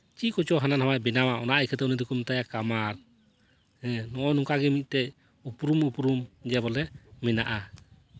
ᱪᱮᱫ ᱠᱚᱪᱚᱝ ᱦᱟᱱᱟ ᱱᱤᱭᱟᱹᱭ ᱵᱮᱱᱟᱣᱟ ᱚᱱᱟ ᱤᱭᱟᱹᱛᱮ ᱩᱱᱤ ᱫᱚᱠᱚ ᱢᱮᱛᱟᱭᱟ ᱠᱟᱢᱟᱨ ᱱᱚᱜᱼᱚᱭ ᱱᱚᱝᱠᱟᱜᱮ ᱢᱤᱫᱴᱮᱡ ᱩᱯᱨᱩᱢ ᱩᱯᱨᱩᱢ ᱜᱮ ᱵᱚᱞᱮ ᱢᱮᱱᱟᱜᱼᱟ